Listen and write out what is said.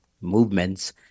movements